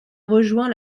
rejoint